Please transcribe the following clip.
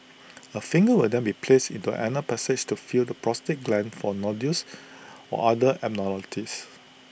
A finger will then be placed into anal passage to feel the prostate gland for nodules or other abnormalities